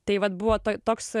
tai vat buvo toks